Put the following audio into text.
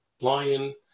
Lion